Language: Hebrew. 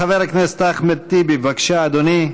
חבר הכנסת אחמד טיבי, בבקשה, אדוני.